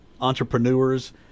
entrepreneurs